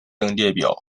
列表